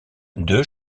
deux